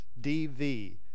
DV